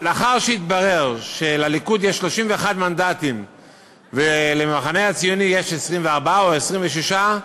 לאחר שהתברר שלליכוד יש 31 מנדטים ולמחנה הציוני יש 24 או 26,